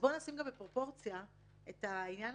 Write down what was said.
בואו נשים בפרופורציה את עניין